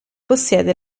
possiede